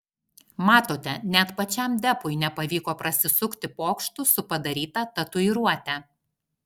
matote net pačiam depui nepavyko prasisukti pokštu su padaryta tatuiruote